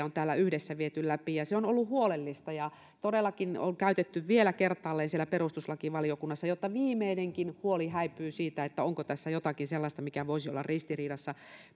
on täällä yhdessä viety läpi se on myös ollut huolellista ja todellakin on käytetty vielä kertaalleen siellä perustuslakivaliokunnassa jotta viimeinenkin huoli häipyi siitä onko tässä jotakin sellaista mikä voisi olla ristiriidassa